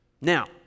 Now